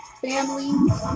family